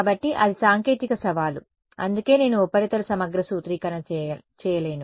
కాబట్టి అది సాంకేతిక సవాలు అందుకే నేను ఉపరితల సమగ్ర సూత్రీకరణ చేయలేను